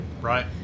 Right